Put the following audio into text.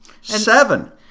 Seven